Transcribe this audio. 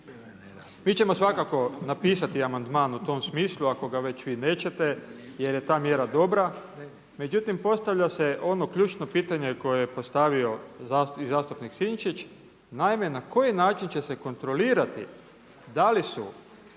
Mi ćemo svakako napisati amandman u tom smislu ako ga već vi nećete jer je ta mjera dobra. Međutim postavlja se ono ključno pitanje koje je postavio i zastupnik Sinčić, naime na koji način će se kontrolirati da li su